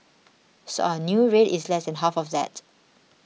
so our new rate is less than half of that